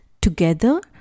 together